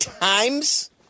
times